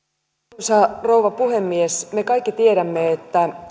arvoisa rouva puhemies me kaikki tiedämme että